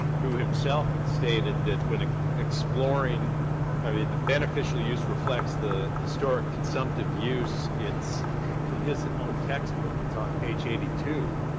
who himself had stated that when exploring i mean, the beneficial use reflects the historic consumptive use. it's from his own textbook. it's on page eighty two.